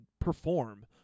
perform